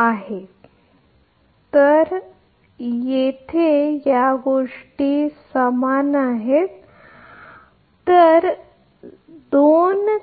आहे ही एकच गोष्ट आपल्याकडे आहे हे फक्त येथे आहे येथे देखील समान गोष्ट